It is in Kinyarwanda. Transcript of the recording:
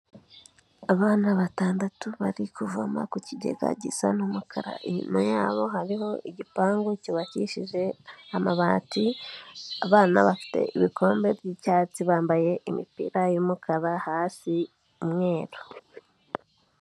Abana batandatu bari kuvoma ku kigega gisa n'umukara, inyuma yabo hariho igipangu cyubakishije amabati, abana bafite ibikombe by'icyatsi bambaye imipira y'umukara, hasi umweru.